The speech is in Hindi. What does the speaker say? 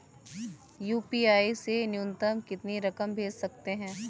यू.पी.आई से न्यूनतम कितनी रकम भेज सकते हैं?